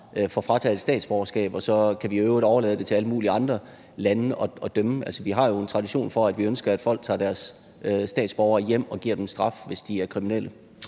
får frataget et statsborgerskab, og at vi så i øvrigt kan overlade det til alle mulige andre lande at dømme? Altså, vi har jo en tradition for, at vi ønsker, at folk tager deres statsborgere hjem og giver dem en straf, hvis de er kriminelle.